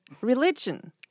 religion